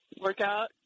workout